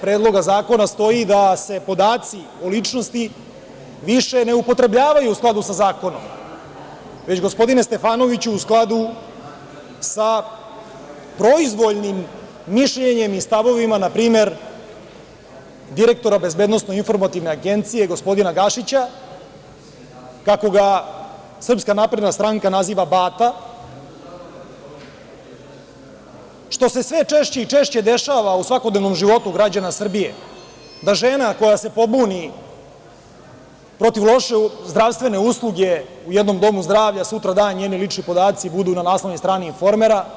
Predloga zakona stoji da se podaci o ličnosti više ne upotrebljavaju u skladu sa zakonom već, gospodine Stefanoviću, u skladu sa proizvoljnim mišljenjem i stavovima, na primer, direktora BIA, gospodina Gašića, kako ga Srpska napredna stranka naziva – Bata, što se sve češće i češće dešava u svakodnevnom životu građana Srbije, da žena koja se pobuni protiv loše zdravstvene usluge u jednom domu zdravlja, sutradan njeni lični podaci budu na naslovnoj strani „Informera“